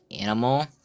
animal